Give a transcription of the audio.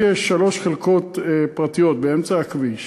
אם יש שלוש חלקות פרטיות באמצע הכביש,